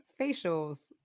facials